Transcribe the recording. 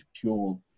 Pure